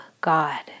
God